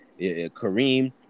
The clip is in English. Kareem